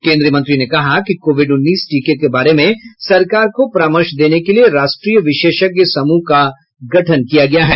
केन्द्रीय मंत्री ने कहा कि कोविड उन्नीस टीके के बारे में सरकार को परामर्श देने के लिए राष्ट्रीय विशेषज्ञ समूह का गठन किया गया है